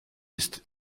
ist